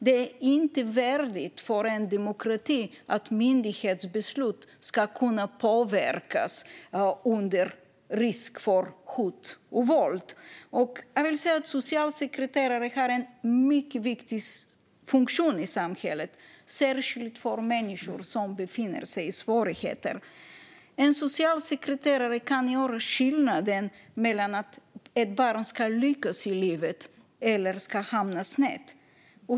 Det är inte värdigt för en demokrati att myndighetsbeslut ska kunna påverkas av risk för hot och våld. Socialsekreterare har en mycket viktig funktion i samhället, särskilt för människor som befinner sig i svårigheter. En socialsekreterare kan vara skillnaden, det som avgör om ett barn ska lyckas i livet eller hamna snett.